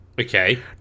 Okay